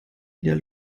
wieder